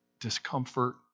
discomfort